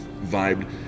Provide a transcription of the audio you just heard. vibe